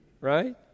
right